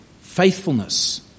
faithfulness